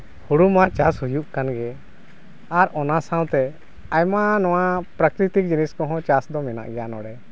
ᱦᱳᱲᱳ ᱢᱟ ᱪᱟᱥ ᱦᱩᱭᱩᱜ ᱠᱟᱱᱜᱮ ᱟᱨ ᱚᱱᱟ ᱥᱟᱶᱛᱮ ᱟᱭᱢᱟ ᱱᱚᱣᱟ ᱯᱨᱟᱠᱨᱤᱛᱤᱠ ᱡᱤᱱᱤᱥ ᱠᱚᱦᱚᱸ ᱪᱟᱥ ᱫᱚ ᱢᱮᱱᱟᱜ ᱜᱮᱭᱟ ᱱᱚᱰᱮ